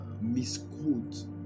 misquote